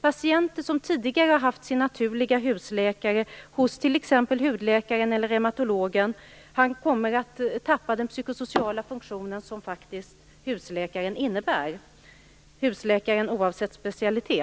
Patienter som tidigare haft sin naturliga husläkare hos t.ex. hudläkaren eller reumatologen kommer att förlora den psykosociala funktion som husläkaren faktiskt innebär, oavsett specialitet.